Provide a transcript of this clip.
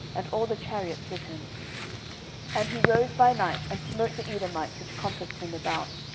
and all the chariots with him and he rose by night, and smote the edomites which compassed him about,